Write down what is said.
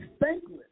thankless